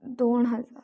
दोन हजार